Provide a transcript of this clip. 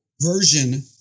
version